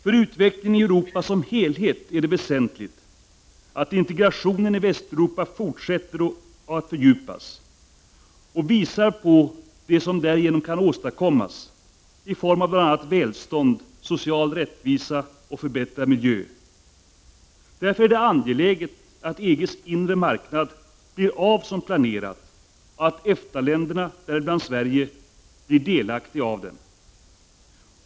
För utvecklingen i Europa som helhet är det väsentligt att integrationen i Västeuropa fortsätter och fördjupas och visar på vad som därigenom kan åstadkommas i form av bl.a. välstånd, social rättvisa och förbättrad miljö. Det är därför angeläget att EGs inre marknad blir av som planerat och att EFTA-länderna, däribland Sverige, blir delaktiga av den.